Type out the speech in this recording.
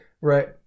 Right